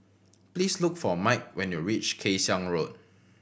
please look for Mike when you reach Kay Siang Road